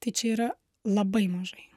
tai čia yra labai mažai